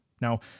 Now